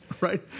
right